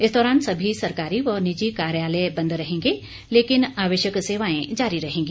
इस दौरान सभी सरकारी व निजी कार्यालय बंद रहेंगे लेकिन आवश्यक सेवाएं जारी रहेगी